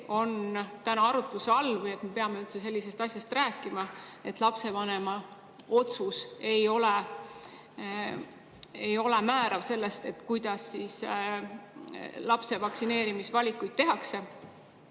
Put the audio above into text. on täna arutluse all või et me peame üldse sellisest asjast rääkima, et lapsevanema otsus ei ole määrav, kui lapse vaktsineerimisel valikuid tehakse.